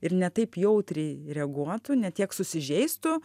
ir ne taip jautriai reaguotų ne tiek susižeistų